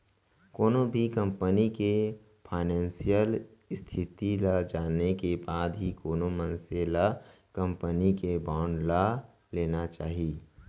कोनो भी कंपनी के फानेसियल इस्थिति ल जाने के बाद ही कोनो मनसे ल कंपनी के बांड ल लेना चाही